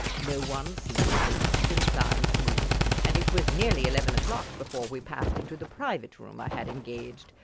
no one seemed in the least inclined to move and it was nearly eleven o'clock before we passed into the private room i had engaged,